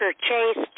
Chase